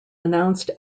announced